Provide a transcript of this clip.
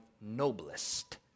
noblest